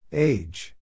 Age